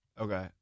Okay